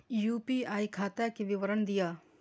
UPI खाता के विवरण दिअ?